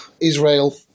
israel